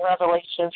revelations